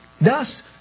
Thus